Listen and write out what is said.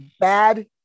Bad